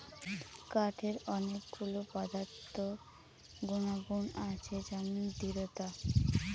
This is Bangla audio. কাঠের অনেক গুলো পদার্থ গুনাগুন আছে যেমন দৃঢ়তা